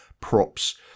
props